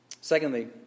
Secondly